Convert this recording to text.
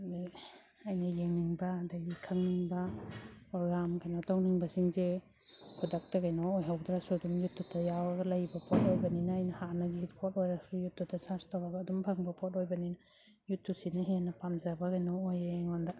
ꯑꯗꯒꯤ ꯑꯩꯅ ꯌꯦꯡꯅꯤꯡꯕ ꯑꯗꯒꯤ ꯈꯪꯅꯤꯡꯕ ꯄ꯭ꯔꯣꯒꯥꯝ ꯀꯩꯅꯣ ꯇꯧꯅꯤꯡꯕꯁꯤꯡꯁꯦ ꯈꯨꯗꯛꯇ ꯀꯩꯅꯣ ꯑꯣꯏꯍꯧꯗ꯭ꯔꯁꯨ ꯑꯗꯨꯝ ꯌꯨꯇꯨꯞꯇ ꯌꯥꯎꯔꯒ ꯂꯩꯕ ꯄꯣꯠ ꯑꯣꯏꯕꯅꯤꯅ ꯑꯩꯅ ꯍꯥꯟꯅꯒꯤ ꯄꯣꯠ ꯑꯣꯏꯔꯁꯨ ꯌꯨꯇꯨꯞꯇ ꯁꯔ꯭ꯁ ꯇꯧꯔꯒ ꯑꯗꯨꯝ ꯐꯪꯕ ꯄꯣꯠ ꯑꯣꯏꯕꯅꯤꯅ ꯌꯨꯇꯨꯞꯁꯤꯅ ꯍꯦꯟꯅ ꯄꯥꯝꯖꯕ ꯀꯩꯅꯣ ꯑꯣꯏꯌꯦ ꯑꯩꯉꯣꯟꯗ